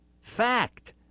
Fact